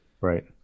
Right